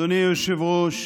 אדוני היושב-ראש,